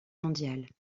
mondiale